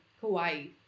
Hawaii